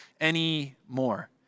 anymore